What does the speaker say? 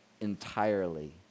entirely